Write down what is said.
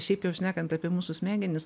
šiaip jau šnekant apie mūsų smegenis